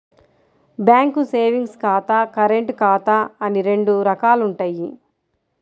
bank savings ఖాతా, current ఖాతా అని రెండు రకాలుంటయ్యి